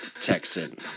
Texan